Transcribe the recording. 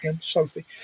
Sophie